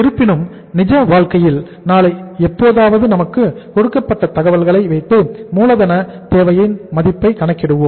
இருப்பினும் நிஜ வாழ்க்கையில் நாளை எப்போதாவது நமக்கு கொடுக்கப்பட்ட தகவல்களை வைத்து மூலதன தேவையின் மதிப்பீட்டை கணக்கிடுவோம்